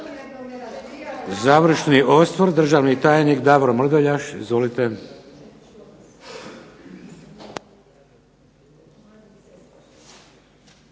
Završni osvrt, državni tajnik Davor Mrduljaš. Izvolite.